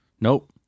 Nope